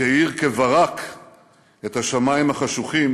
שהאיר כברק את השמים החשוכים